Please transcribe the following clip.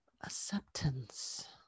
acceptance